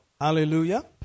Hallelujah